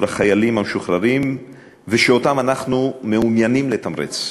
החיילים המשוחררים ואותם אנחנו מעוניינים לתמרץ.